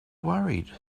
worried